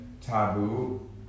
taboo